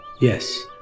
Yes